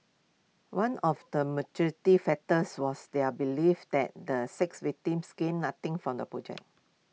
one of the maturative factors was their belief that the six victims gained nothing from the project